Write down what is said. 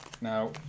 Now